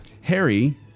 Harry